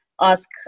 Ask